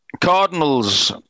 Cardinals